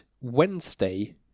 Wednesday